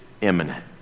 imminent